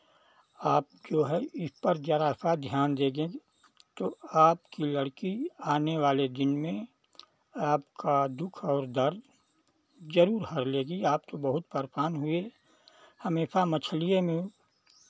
आप जो है इस पर ज़रा सा ध्यान दे दें तो आपकी लड़की आने वाले दिन में आपका दुःख और दर्द जरूर हर लेगी आप तो बहुत परेशान हुए हमेशा मछलिए में